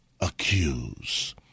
accuse